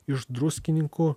iš druskininkų